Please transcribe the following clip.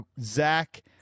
Zach